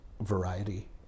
variety